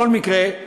בכל מקרה,